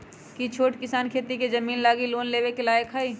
कि छोट किसान खेती के जमीन लागी लोन लेवे के लायक हई?